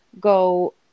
go